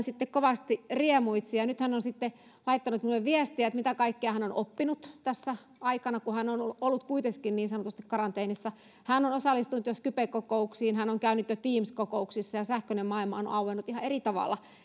sitten kovasti riemuitsi nyt hän on laittanut minulle viestiä mitä kaikkea hän on oppinut tänä aikana kun hän on on ollut kuitenkin niin sanotusti karanteenissa hän on osallistunut jo skype kokouksiin hän on käynyt jo teams kokouksissa ja sähköinen maailma on auennut ihan eri tavalla